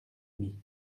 demi